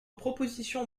proposition